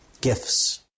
gifts